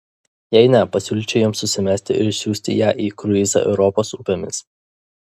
jei ne pasiūlyčiau jiems susimesti ir išsiųsti ją į kruizą europos upėmis